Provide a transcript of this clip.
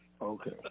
okay